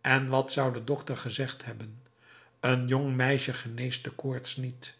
en wat zou de dokter gezegd hebben een jong meisje geneest de koorts niet